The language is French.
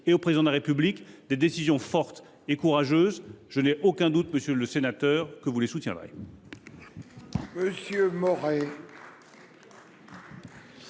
et au Président de la République des décisions fortes et courageuses. Je n’ai aucun doute, monsieur le sénateur, que vous les soutiendrez. La parole